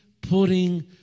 putting